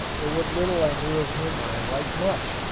but what little i knew of him i liked much.